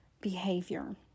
behavior